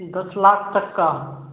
दस लाख तक का